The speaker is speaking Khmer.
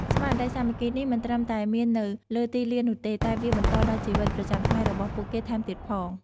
ស្មារតីសាមគ្គីនេះមិនត្រឹមតែមាននៅលើទីលាននោះទេ តែវាបន្តដល់ជីវិតប្រចាំថ្ងៃរបស់ពួកគេថែមទៀតផង។